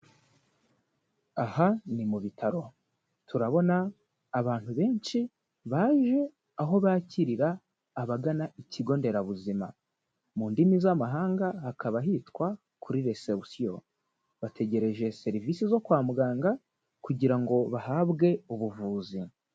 Aha ni mu bitaro. Turabona abantu benshi baje aho bakirira abagana ikigo nderabuzima. Mu ndimi z'amahanga hakaba hitwa kuri reception. Bategereje serivisi zo kwa muganga kugira ngo bahabwe ubuvuzi.